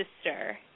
sister